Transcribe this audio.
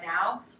now